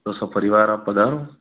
तो सपरिवार आप पधारो